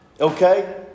Okay